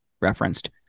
referenced